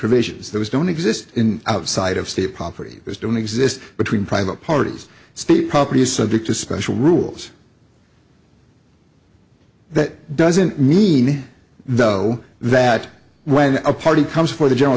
provisions those don't exist outside of state property which don't exist between private parties state property is subject to special rules that doesn't mean though that when a party comes for the general